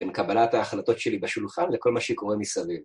בין קבלת ההחלטות שלי בשולחן לכל מה שקורה מסביב.